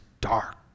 dark